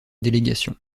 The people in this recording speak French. délégations